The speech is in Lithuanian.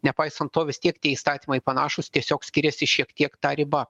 nepaisant to vis tiek tie įstatymai panašūs tiesiog skiriasi šiek tiek ta riba